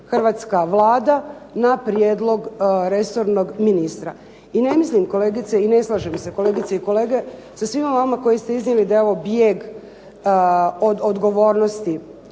hrvatska Vlada na prijedlog resornog ministra. I ne mislim kolegice i ne slažem se kolegice i kolege sa svima vama koji ste iznijeli da je ovo bijeg od odgovornosti